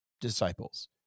disciples